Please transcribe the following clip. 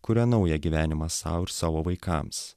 kuria naują gyvenimą sau ir savo vaikams